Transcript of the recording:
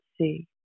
see